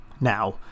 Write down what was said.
now